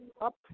up